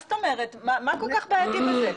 מה זאת אומרת, מה כל כך בעייתי בזה?